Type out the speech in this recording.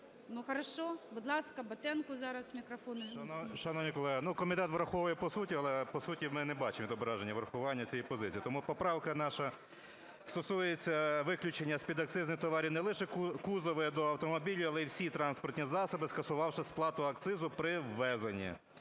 ввімкніть. 13:12:03 БАТЕНКО Т.І. Шановні колеги, ну, комітет враховує по суті, але, по суті ми не бачимо відображення врахування цієї позиції. Тому поправка наша стосується виключення з підакцизних товарів не лише кузови до автомобілів, але і всі транспортні засоби, скасувавши сплату акцизу при ввезенні.